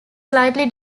slightly